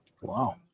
Wow